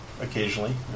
occasionally